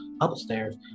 upstairs